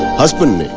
husband